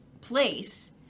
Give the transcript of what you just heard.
place